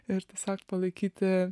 ir tiesiog palaikyti